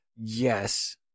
yes